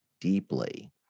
deeply